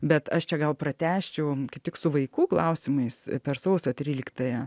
bet aš čia gal pratęsčiau kaip tik su vaikų klausimais per sausio tryliktąją